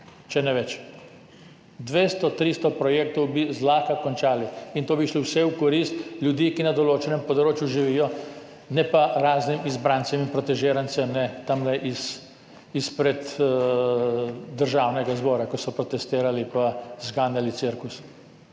če ne več. 200, 300 projektov bi zlahka končali in to bi šlo vse v korist ljudi, ki na določenem področju živijo, ne pa raznim izbrancem in protežirancem tamle iz izpred Državnega zbora, ki so protestirali pa zganjali cirkus.